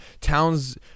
Towns